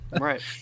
right